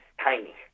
tiny